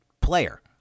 player